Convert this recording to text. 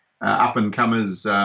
up-and-comers